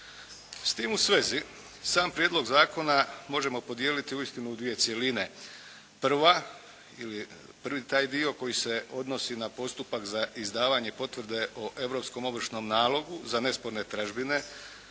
S tim u svezi sam prijedlog zakona možemo podijeliti uistinu u dvije cjeline. Prva ili prvi taj dio koji se odnosi na postupak za izdavanje potvrde o europskom ovršnom nalogu za nesporne tražbine